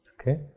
Okay